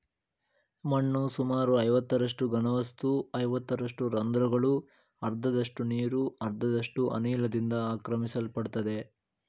ಮಣ್ಣು ಸುಮಾರು ಐವತ್ತರಷ್ಟು ಘನವಸ್ತು ಐವತ್ತರಷ್ಟು ರಂದ್ರಗಳು ಅರ್ಧದಷ್ಟು ನೀರು ಅರ್ಧದಷ್ಟು ಅನಿಲದಿಂದ ಆಕ್ರಮಿಸಲ್ಪಡ್ತದೆ